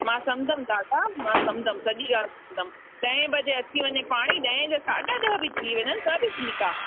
मां सम्धम दादा मां सम्धम सॼी ॻाल्हि सम्धम ॾहें बजे अची वञे पाणी ॾहें जा साढा ॾह बि थी वञनि त बि ठीकु आहे